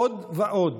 עוד ועוד,